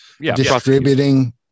distributing